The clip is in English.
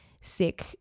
sick